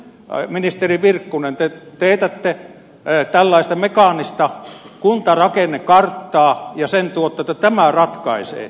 nyt ministeri virkkunen te teetätte tällaista mekaanista kuntarakennekarttaa ja sen tuotte että tämä ratkaisee